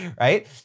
right